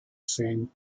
sein